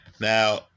now